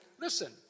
listen